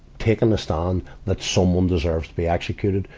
taking a stand that someone deserves to be executed,